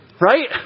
Right